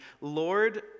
Lord